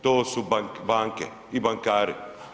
To su banke i bankari.